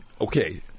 Okay